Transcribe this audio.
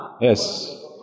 Yes